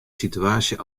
situaasje